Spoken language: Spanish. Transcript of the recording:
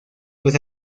pues